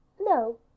no